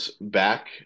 back